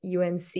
UNC